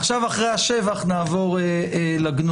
עכשיו, אחרי השבח, נעבור לגנות.